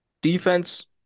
Defense